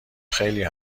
خیلی